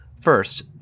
First